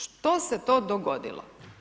Što se to dogodilo?